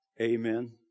Amen